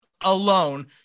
Alone